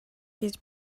his